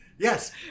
Yes